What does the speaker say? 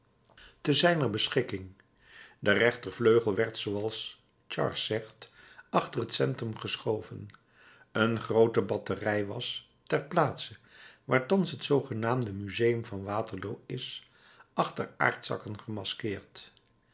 te zijner beschikking de rechtervleugel werd zooals charras zegt achter het centrum geschoven een groote batterij was ter plaatse waar thans het zoogenaamde museum van waterloo is achter aardzakken gemaskeerd